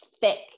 thick